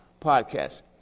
podcast